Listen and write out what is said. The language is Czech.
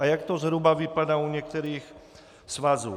A jak to zhruba vypadá u některých svazů?